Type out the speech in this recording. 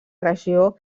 regió